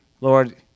Lord